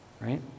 right